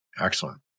Excellent